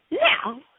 Now